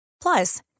Plus